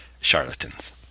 charlatans